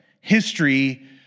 history